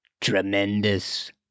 tremendous